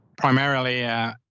primarily